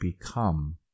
become